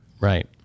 Right